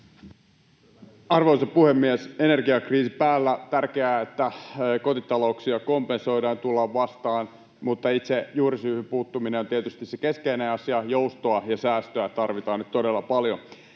Arvoisa puhemies! Kun energiakriisi on päällä, on tärkeää, että kotitalouksia kompensoidaan ja tullaan vastaan, mutta itse juurisyyhyn puuttuminen on tietysti se keskeinen asia. Joustoa ja säästöä tarvitaan nyt todella paljon.